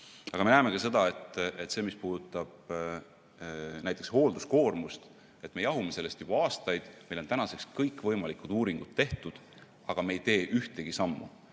me näeme ka seda, et mis puudutab näiteks hoolduskoormust, siis me jahume sellest juba aastaid, meil on kõikvõimalikud uuringud tehtud, aga me ei tee ühtegi sammu.